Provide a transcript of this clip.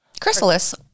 Chrysalis